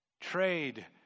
trade